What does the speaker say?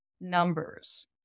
numbers